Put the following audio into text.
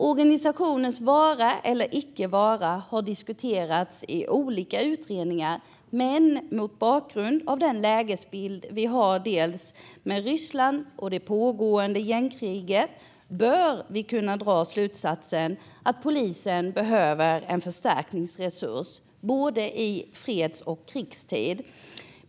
Organisationens vara eller icke vara har diskuterats i olika utredningar, men mot bakgrund av den lägesbild vi har med dels Ryssland, dels det pågående gängkriget bör vi kunna dra slutsatsen att polisen behöver en förstärkningsresurs i både fredstid och krigstid.